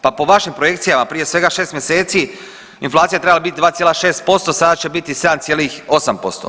Pa po vašim projekcijama prije svega 6 mjeseci inflacija je trebala bit 2,6%, sada će biti 7,8%